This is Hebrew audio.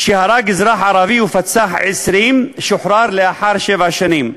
שהרג אזרח ערבי ופצע 20, שוחרר לאחר שבע שנים.